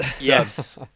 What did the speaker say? yes